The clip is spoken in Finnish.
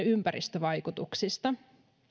ympäristövaikutuksista